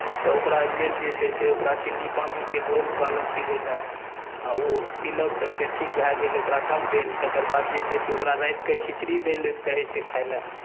तऽ ओकरा लेल जे छै से ओकरा चीनी पानीके घोल कहलक पीबय लेल आ ओ पीलक तऽ फेर ठीक भए गेल ओकरा कम भेल तकर बाद जे छै ओकरा रातिकेँ खिचड़ी दै लेल कहैत छै खाइ लेल